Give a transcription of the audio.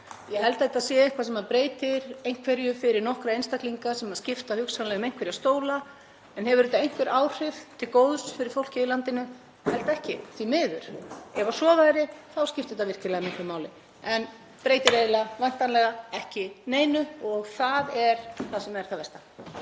Ég held að þetta sé eitthvað sem breytir einhverju fyrir nokkra einstaklinga sem skipta hugsanlega um einhverja stóla. En hefur þetta einhver áhrif til góðs fyrir fólkið í landinu? Ég heldur ekki, því miður. Ef svo væri þá skipti það virkilega miklu máli. En þetta breytir eiginlega væntanlega ekki neinu. Það er það sem er það versta.